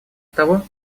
того